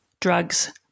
Drugs